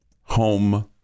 home